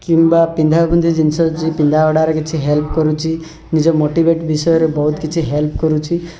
କିମ୍ବା ପିନ୍ଧାପିନ୍ଧି ଜିନିଷ ଯେ ପିନ୍ଧାଗୁଡ଼ାରେ କିଛି ହେଲ୍ପ୍ କରୁଚି ନିଜ ମୋଟିଭେଟ୍ ବିଷୟରେ ବହୁତ କିଛି ହେଲ୍ପ୍ କରୁଛି